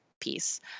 piece